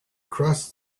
crossed